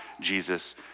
Jesus